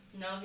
No